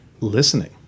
listening